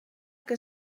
que